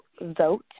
vote